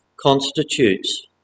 constitutes